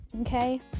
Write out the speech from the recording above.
okay